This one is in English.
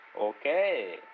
Okay